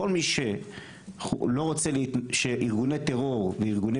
כל מי שלא רוצה שארגוני טרור או ארגוני